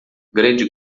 grande